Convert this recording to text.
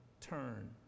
turn